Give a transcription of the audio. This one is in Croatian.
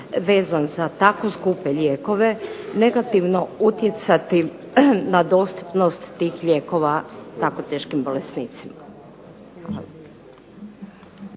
vezan za tako skupe lijekove negativno utjecati na dostupnost tih lijekova tako teškim bolesnicima.